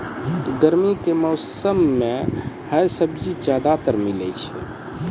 गर्मी के मौसम मं है सब्जी ज्यादातर मिलै छै